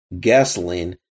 gasoline